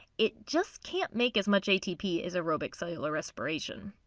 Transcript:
it just can't make as much atp as aerobic cellular respiration.